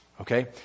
okay